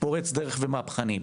פורץ דרך ומהפכני,